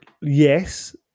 yes